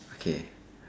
okay